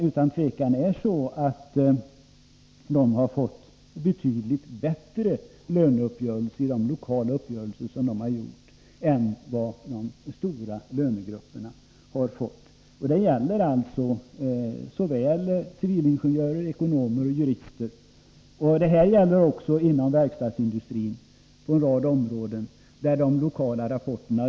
Utan tvivel är det så att de har fått betydligt bättre löneuppgörelser i de lokala uppgörelser de träffat än vad de stora lönegrupperna har fått. Det gäller alltså såväl civilingenjörer som ekonomer och jurister. Detta gäller också på en rad områden inom verkstadsindustrin.